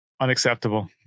Unacceptable